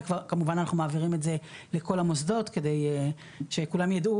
וכמובן אנחנו מעבירים את זה לכל המוסדות שכולם יידעו